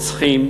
רוצחים,